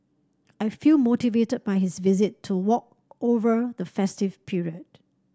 I feel motivated by his visit to work over the festive period